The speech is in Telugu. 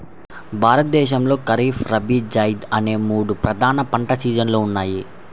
భారతదేశంలో ఖరీఫ్, రబీ, జైద్ అనే మూడు ప్రధాన పంటల సీజన్లు ఉన్నాయి